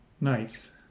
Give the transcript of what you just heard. Nice